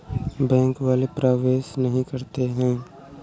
Bank वाले प्रवेश नहीं करते हैं?